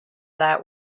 that